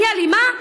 אני אלימה?